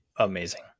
amazing